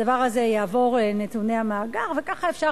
הדבר הזה יעבור דרך נתוני המאגר וככה אפשר